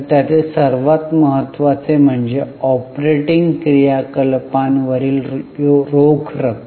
तर त्यातील सर्वात महत्त्वाचे म्हणजे ऑपरेटिंग क्रियाकलापांवरील रोख रक्कम